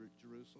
Jerusalem